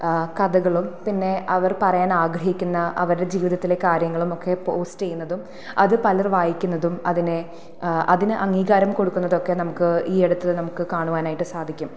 ആ കഥകളും പിന്നെ അവർ പറയാൻ ആഗ്രഹിക്കുന്ന അവരുടെ ജീവിതത്തിലെ കാര്യങ്ങളും ഒക്കെ പോസ്റ്റ് ചെയ്യുന്നതും അത് പലർ വായിക്കുന്നതും അതിനെ അതിന് അംഗീകാരം കൊടുക്കുന്നതൊക്കെ നമുക്ക് ഈ അടുത്ത് നമുക്ക് കാണുവാനായിട്ട് സാധിക്കും